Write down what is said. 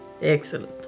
Excellent